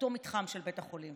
באותו מתחם של בית החולים?